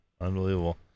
Unbelievable